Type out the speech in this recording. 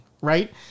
right